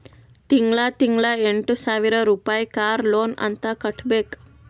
ತಿಂಗಳಾ ತಿಂಗಳಾ ಎಂಟ ಸಾವಿರ್ ರುಪಾಯಿ ಕಾರ್ ಲೋನ್ ಅಂತ್ ಕಟ್ಬೇಕ್